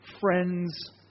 friends